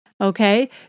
okay